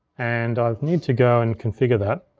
and i need to go and configure that.